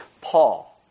Paul